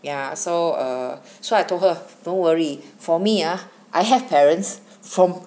ya so err so I told her don't worry for me ah I have parents from